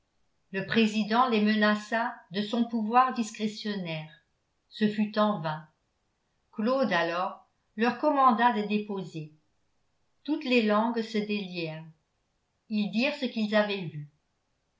le président les menaça de son pouvoir discrétionnaire ce fut en vain claude alors leur commanda de déposer toutes les langues se délièrent ils dirent ce qu'ils avaient vu